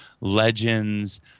Legends